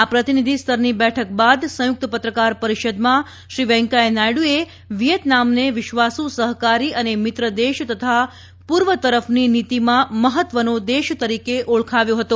આ પ્રતિનિધિ સ્તરની બેઠક બાદ સંયુક્ત પત્રકાર પરિષદમાં શ્રી વેંકૈયા નાયડુએ વિયેતનામને વિશ્વાસુ સહકારી અને મિત્ર દેશ તથા પૂર્વ તરફની નીતીમાં મહત્વનો દેશ તરીકે ઓળખાવ્યો હતો